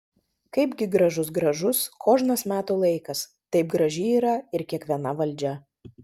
kaipgi gražus gražus kožnas metų laikas taip graži yra ir kiekviena valdžia